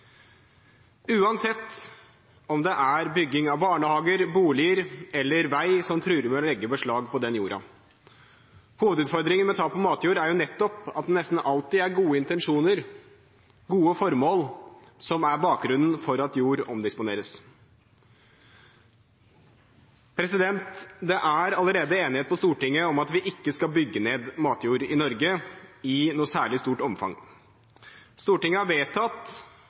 om det er bygging av barnehager, boliger eller vei som truer med å legge beslag på den jorda. Hovedutfordringen med tap av matjord er nettopp at det nesten alltid er gode intensjoner og gode formål som er bakgrunnen for at jord omdisponeres. Det er allerede enighet på Stortinget om at vi ikke skal bygge ned matjord i Norge i noe særlig stort omfang. Stortinget har vedtatt